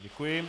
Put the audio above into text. Děkuji.